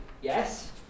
yes